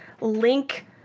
link